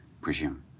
presume